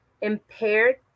impaired